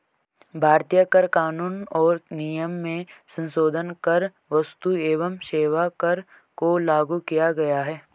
भारतीय कर कानून और नियम में संसोधन कर क्स्तु एवं सेवा कर को लागू किया गया है